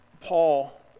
Paul